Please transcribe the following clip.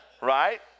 right